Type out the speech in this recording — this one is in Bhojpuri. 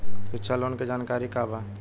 शिक्षा लोन के जानकारी का बा?